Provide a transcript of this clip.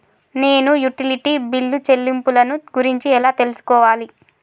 నేను utility bill చెల్లింపులను గురించి ఎలా తెలుసుకోవాలి?